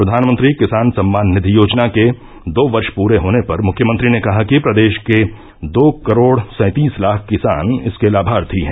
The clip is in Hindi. प्रधानमंत्री किसान सम्मान निधि योजना के दो वर्ष पूरे होने पर मुख्यमंत्री ने कहा कि प्रदेश के दो करोड़ सैंतीस लाख किसान इसके लाभार्थी हैं